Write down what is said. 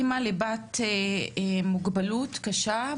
אמא לבת עם מוגבלות קשה,